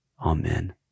Amen